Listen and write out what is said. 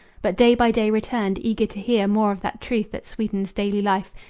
but day by day returned, eager to hear more of that truth that sweetens daily life,